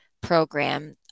program